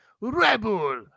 rebel